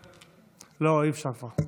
לא, אי-אפשר כבר.